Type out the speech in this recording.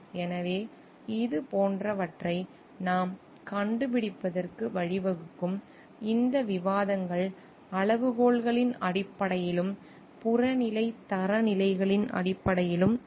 எனவே இது போன்றவற்றை நாம் கண்டுபிடிப்பதற்கு வழிவகுக்கும் இந்த விவாதங்கள் அளவுகோல்களின் அடிப்படையிலும் புறநிலை தரநிலைகளின் அடிப்படையிலும் இருக்கும்